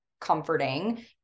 comforting